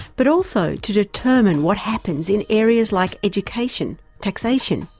but also to determine what happens in areas like education, taxation,